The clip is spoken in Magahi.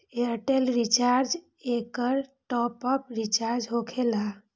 ऐयरटेल रिचार्ज एकर टॉप ऑफ़ रिचार्ज होकेला?